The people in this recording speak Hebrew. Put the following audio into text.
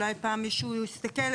אולי פעם מישהו הסתכל,